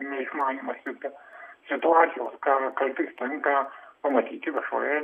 neišmanymas viska situacijos kartais tenka pamatyti viešojoj